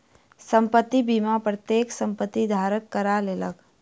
संपत्ति बीमा प्रत्येक संपत्ति धारक करा लेलक